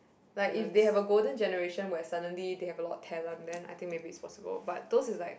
like if they have a golden generation where suddenly they have a lot of talent then I think maybe is possible but those is like